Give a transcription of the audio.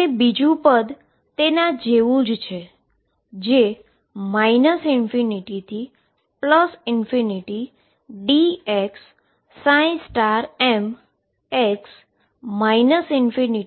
અને બીજું પદ તેના જેવુ જ ∞dxmx ∞x xdxidnxdx સમાન